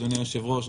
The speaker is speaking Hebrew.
אדוני היושב ראש.